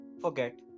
forget